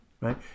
right